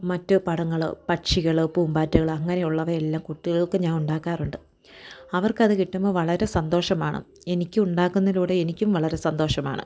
മറ്റു പടങ്ങള് പക്ഷികള് പൂമ്പാറ്റകള് അങ്ങനെയുള്ളവയെല്ലാം കുട്ടികൾക്ക് ഞാൻ ഉണ്ടാക്കാറുണ്ട് അവർക്കത് കിട്ടുമ്പം വളരെ സന്തോഷമാണ് എനിക്ക് ഉണ്ടാക്കുന്നതിലൂടെ എനിക്കും വളരെ സന്തോഷമാണ്